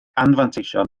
anfanteision